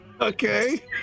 Okay